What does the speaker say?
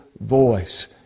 voice